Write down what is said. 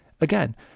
Again